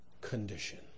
condition